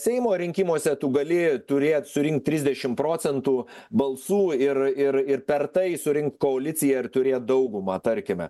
seimo rinkimuose tu gali turėt surinkt trisdešim procentų balsų ir ir ir per tai surinkt koaliciją ir turėt daugumą tarkime